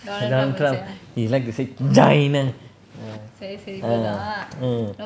donald trump he like to say china ah ah mm